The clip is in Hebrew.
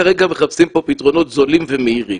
כרגע מחפשים פה פתרונות זולים ומהירים.